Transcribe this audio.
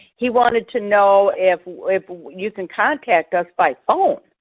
he wanted to know if you can contact us by phone?